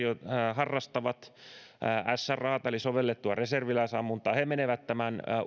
harrastavat srata eli sovellettua reserviläisammuntaa he menevät tämän